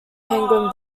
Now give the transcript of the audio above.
penguin